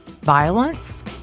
violence